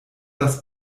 das